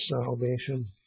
salvation